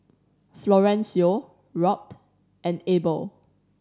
Florencio Robt and Abel